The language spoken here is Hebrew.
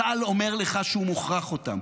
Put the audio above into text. צה"ל אומר לך שהוא מוכרח אותם.